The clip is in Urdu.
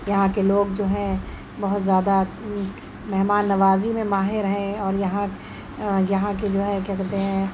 یہاں کے لوگ جو ہیں بہت زیادہ مہمان نوازی میں ماہر ہیں اور یہاں یہاں کی جو ہے کیا کہتے ہیں